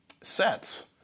sets